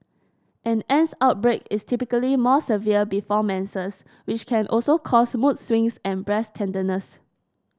an acne outbreak is typically more severe before menses which can also cause mood swings and breast tenderness